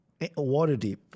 Waterdeep